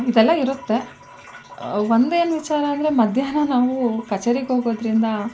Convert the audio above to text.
ಇದೆಲ್ಲ ಇರುತ್ತೆ ಒಂದೇನು ವಿಚಾರ ಅಂದರೆ ಮಧ್ಯಾಹ್ನ ನಾವು ಕಛೇರಿಗೆ ಹೋಗೋದ್ರಿಂದ